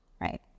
Right